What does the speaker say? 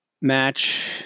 match